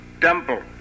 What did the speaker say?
temple